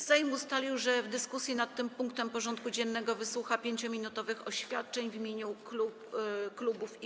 Sejm ustalił, że w dyskusji nad tym punktem porządku dziennego wysłucha 5-minutowych oświadczeń w imieniu klubów i kół.